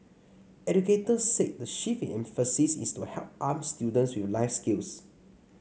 educators said the shift in emphasis is to help arm students with life skills